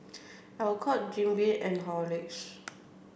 Alcott Jim Beam and Horlicks